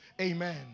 Amen